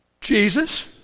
Jesus